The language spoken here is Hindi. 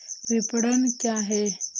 विपणन क्या है?